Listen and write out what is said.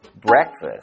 breakfast